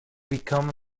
become